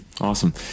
Awesome